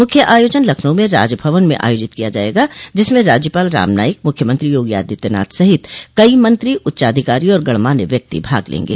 मुख्य आयोजन लखनऊ में राजभवन में आयोजित किया जायेगा जिसमें राज्यपाल राम नाईक मुख्यमंत्री योगी आदित्यनाथ सहित कई मंत्री उच्चाधिकारी और गणमाण्य व्यक्ति भाग लेंगे